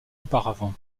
auparavant